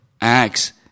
Acts